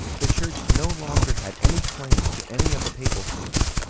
the church no longer had any claim to any of the papal states,